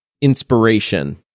inspiration